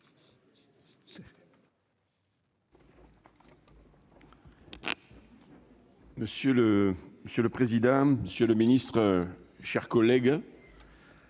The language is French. Monsieur le président, monsieur le ministre, mes chers collègues,